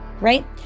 right